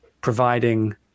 providing